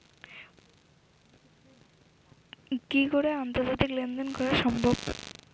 কি করে আন্তর্জাতিক লেনদেন করা সম্ভব?